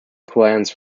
plans